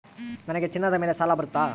ನನಗೆ ಚಿನ್ನದ ಮೇಲೆ ಸಾಲ ಬರುತ್ತಾ?